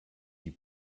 die